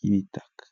y'ibitaka.